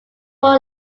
four